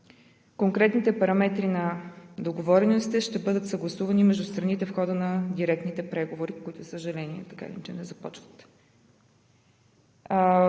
Конкретните параметри на договореностите ще бъдат съгласувани между страните в хода на директните преговори, които, за съжаление, така или иначе не започват.